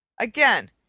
AGAIN